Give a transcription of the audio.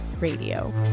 Radio